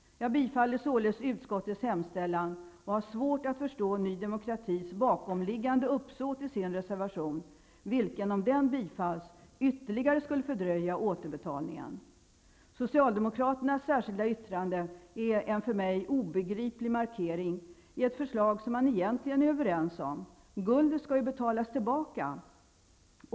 Jag tillstyrker således utskottets hemställan och har svårt att förstå uppsåtet bakom Ny demokratis reservation, vilken om den bifalls ytterligare skulle fördröja återbetalningen. Socialdemokraternas särskilda yttrande är en för mig obegriplig markering i ett förslag som man egentligen är överens om. Guldet skall ju betalas tillbaka.